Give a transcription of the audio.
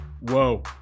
Whoa